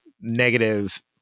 negative